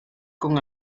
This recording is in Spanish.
con